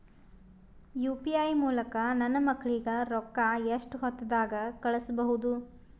UPI ಮೂಲಕ ನನ್ನ ಮಕ್ಕಳಿಗ ರೊಕ್ಕ ಎಷ್ಟ ಹೊತ್ತದಾಗ ಕಳಸಬಹುದು?